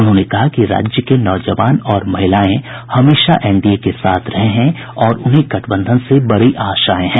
उन्होंने कहा कि राज्य के नौजवान और महिलाएं हमेशा एनडीए के साथ रहे हैं और उन्हें गठबंधन से बड़ी आशाएं हैं